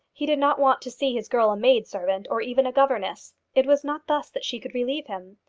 he did not want to see his girl a maid-servant or even a governess. it was not thus that she could relieve him.